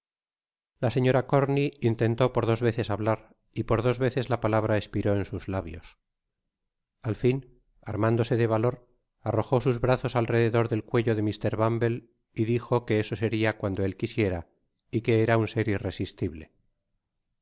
la señora corney intentó por dos veces hablar y por dos veces la palabra espiró en sus lábios al fin armándose de valor arrojo sus brazos al rededor del cuello de mr bumble y dijo que eso seria cuando él quisiera y que era un ser irresistible